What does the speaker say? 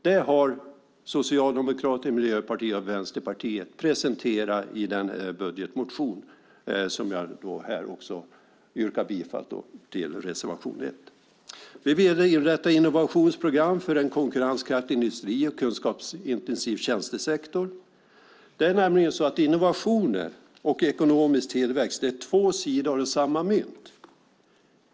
Det har Socialdemokraterna, Miljöpartiet och Vänsterpartiet presenterat i budgetmotionen. Jag yrkar här också bifall till vår reservation. Vi vill inrätta innovationsprogram för en konkurrenskraftig industri och en kunskapsintensiv tjänstesektor. Innovationer och ekonomisk tillväxt är nämligen två sidor av samma mynt.